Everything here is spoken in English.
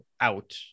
out